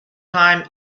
time